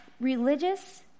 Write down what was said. religious